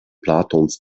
platons